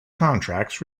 contracts